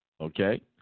Okay